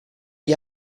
gli